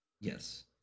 Yes